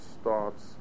starts